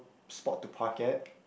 spot to park at